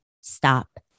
Stop